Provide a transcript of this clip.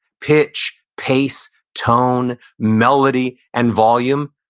pitch, pace, tone, melody, and volume,